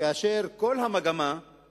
כאשר כל המגמה היא